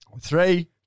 Three